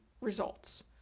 results